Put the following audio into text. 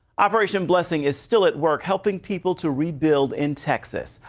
operation blessing is still at work, helping people to rebuild in texas.